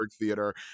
Theater